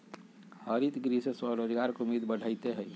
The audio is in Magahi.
हरितगृह से स्वरोजगार के उम्मीद बढ़ते हई